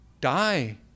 die